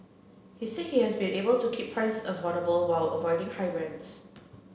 he said he has been able to keep price affordable while avoiding high rents